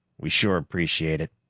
we sure appreciate it.